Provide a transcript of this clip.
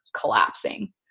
collapsing